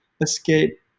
escape